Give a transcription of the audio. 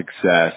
success